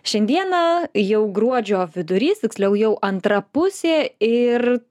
šiandieną jau gruodžio vidurys tiksliau jau antra pusė ir